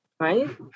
right